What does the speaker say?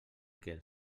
que